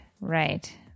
right